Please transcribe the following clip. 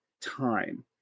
time